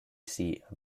seat